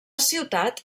ciutat